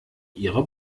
ihre